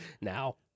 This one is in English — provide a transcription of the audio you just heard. Now